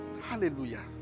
Hallelujah